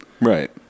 Right